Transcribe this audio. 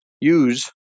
use